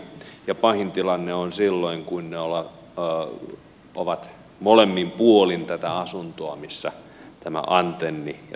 pahin tilanne on silloin kun ne ovat molemmin puolin tätä asuntoa missä tämä antenni on ja televisiokuva häiriintyy